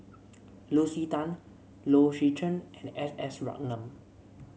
Lucy Tan Low Swee Chen and S S Ratnam